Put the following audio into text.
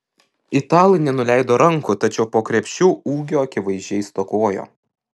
italai nenuleido rankų tačiau po krepšiu ūgio akivaizdžiai stokojo